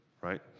right